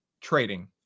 trading